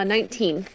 Nineteen